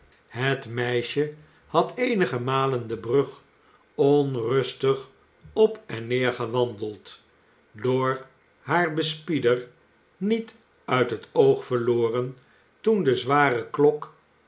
het meisje had eenige malen de brug onrus tig op en neer gewandeld door haar bespiej der niet uit het oog verloren toen de zware klok